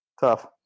tough